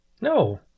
No